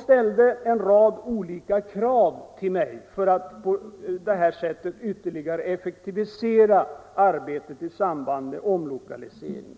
Förbundets talesmän ställde då olika krav för att ytterligare effektivisera arbetet i samband med omlokaliseringen.